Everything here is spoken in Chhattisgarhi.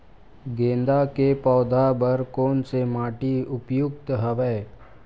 गेंदा के पौधा बर कोन से माटी उपयुक्त हवय?